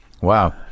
Wow